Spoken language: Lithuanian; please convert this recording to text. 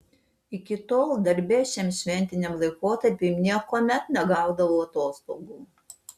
iki tol darbe šiam šventiniam laikotarpiui niekuomet negaudavo atostogų